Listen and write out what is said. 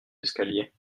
escaliers